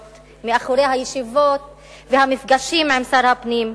מאחורי הישיבות והמפגשים עם שר הפנים,